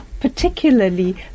particularly